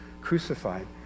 crucified